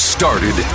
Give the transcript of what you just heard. Started